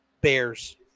bears